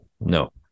No